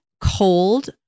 cold